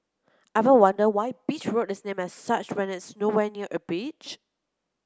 ever wonder why Beach Road is named as such when it's nowhere near a beach